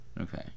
okay